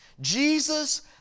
Jesus